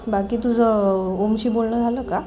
बाकी तुझं ओमशी बोलणं झालं का